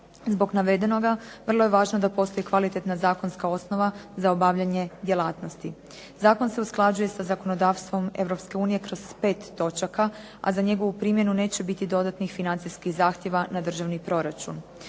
Zbog navedenoga vrlo je važno da postoji kvalitetna zakonska osnova za obavljanje djelatnosti. Zakon se usklađuje sa zakonodavstvom Europske unije kroz 5 točaka, a za njegovu primjenu neće biti dodatnih financijskih zahtjeva na državni proračun.